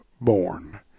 born